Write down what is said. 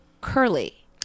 curly